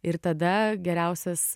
ir tada geriausias